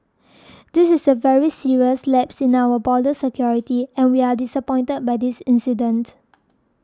this is a very serious lapse in our border security and we are disappointed by this incident